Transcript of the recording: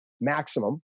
maximum